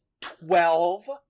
Twelve